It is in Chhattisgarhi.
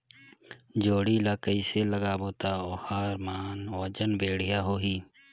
जोणी ला कइसे लगाबो ता ओहार मान वजन बेडिया आही?